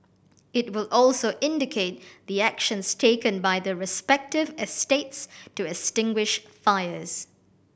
it will also indicate the actions taken by the respective estates to extinguish fires